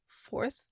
fourth